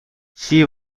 she